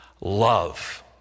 love